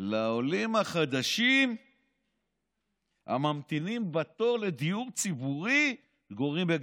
לעולים החדשים הממתינים בתור לדיור ציבורי ומתגוררים בגפם.